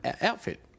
outfit